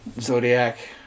Zodiac